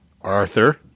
Arthur